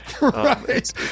Right